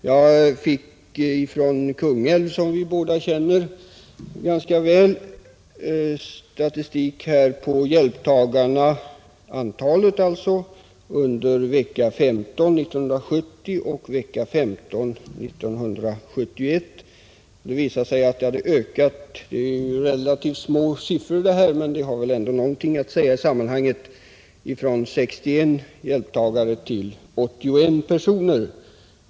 Jag har från Kungälv, som vi båda känner ganska väl, fått statistik på antalet hjälptagare under vecka 15 1970 och vecka 15 1971. Det visar sig att det hade ökat — det är visserligen relativt små siffror det gäller, men de har väl ändå något att säga i detta sammanhang — från 61 till 81.